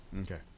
Okay